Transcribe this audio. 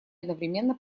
одновременно